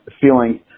feeling